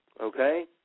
okay